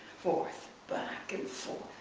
forth, back, and forth.